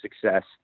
success